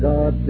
God